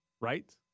right